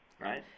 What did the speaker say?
right